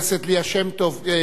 אני צריך לבקר את הפצועים,